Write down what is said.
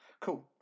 cool